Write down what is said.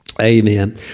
Amen